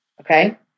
Okay